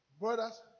Brothers